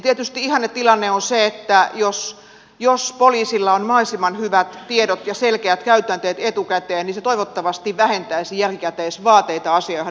tietysti ihannetilanne on se että poliisilla on mahdollisimman hyvät tiedot ja selkeät käytänteet etukäteen mikä toivottavasti vähentäisi jälkikäteisvaateita asioihin liittyen